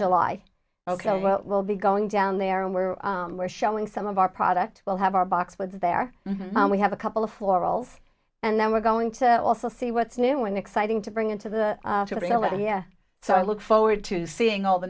july ok well we'll be going down there and we're we're showing some of our products we'll have our box with there we have a couple of floral and then we're going to also see what's new and exciting to bring into the toilet here so i look forward to seeing all the